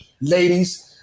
Ladies